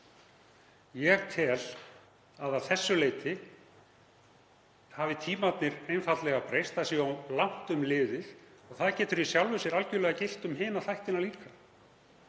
Ég tel að að þessu leyti hafi tímarnir einfaldlega breyst, það sé of langt um liðið. Og það getur í sjálfu sér algerlega gilt um hina þættina líka.